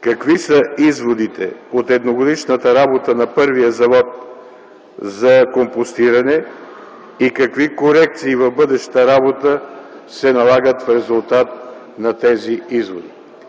какви са изводите от едногодишната работа на първия завод за компостиране и какви корекции в бъдещата работа се налагат в резултат на тези изводи?